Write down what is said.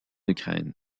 ukraine